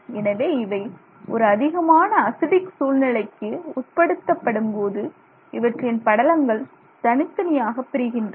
எனவே இவை ஒரு அதிகமான அசிடிக் சூழ்நிலைக்கு உட்படுத்தப்படும்போது இவற்றின் படலங்கள் தனித்தனியாக பிரிகின்றன